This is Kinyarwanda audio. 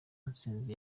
ntsinzi